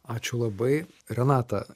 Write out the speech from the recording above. ačiū labai renata